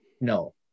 no